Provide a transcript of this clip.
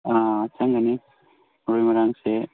ꯑꯥ ꯆꯪꯒꯅꯤ ꯃꯔꯣꯏ ꯃꯔꯥꯡꯁꯦ